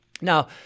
Now